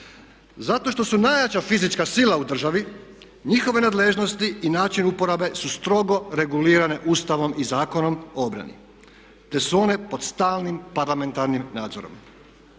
Zato što su najjača fizička sila u državi njihove nadležnosti i način uporabe su strogo regulirane Ustavom i Zakonom o obrani te su one pod stalnim parlamentarnim nadzorom.